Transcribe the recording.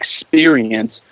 experience